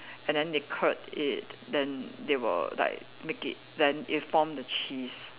and then they curd it then they will like make it then it form the cheese